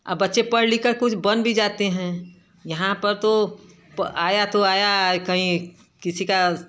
और बच्चे पढ़ लिख कर कुछ बन भी जाते हैं यहाँ पर तो आया तो आया कहीं किसी का